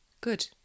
Good